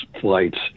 flights